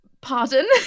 pardon